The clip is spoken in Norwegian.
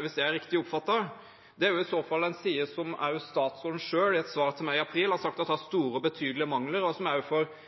hvis det er riktig oppfattet. Det er i så fall en side som også statsråden selv i et svar til meg i april har sagt har store, betydelige mangler, og man får også innspill på at den ikke fungerer som